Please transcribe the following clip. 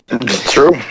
True